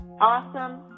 awesome